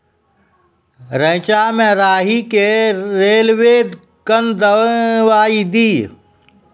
रेचा मे राही के रेलवे कन दवाई दीय?